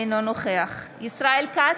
אינו נוכח ישראל כץ,